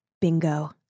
Bingo